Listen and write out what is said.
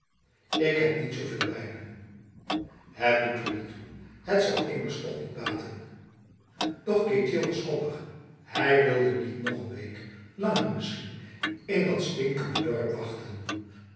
ik heb niet zoveel bij me het doet er niet toe het zou immers toch niet batenf doch ketjil was koppig hij wilde niet nog n week langer misschien in dat stinkende dorp wachten